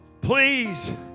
Please